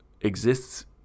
exists